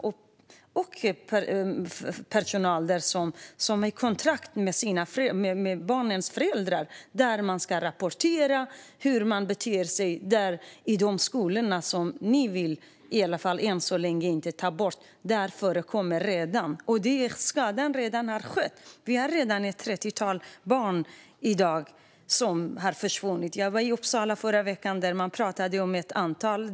Det finns personal där som har ett slags kontrakt med barnens föräldrar om att rapportera hur barnen beter sig. Detta förekommer alltså redan i de skolor som ni i alla fall än så länge inte vill ta bort, statsrådet. Skadan är redan skedd. Vi har redan ett trettiotal barn som har försvunnit. Jag var i Uppsala i förra veckan, och där pratade man om ett antal.